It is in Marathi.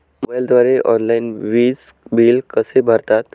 मोबाईलद्वारे ऑनलाईन वीज बिल कसे भरतात?